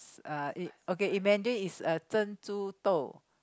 uh okay in Mandarin it's uh 珍珠豆